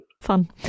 Fun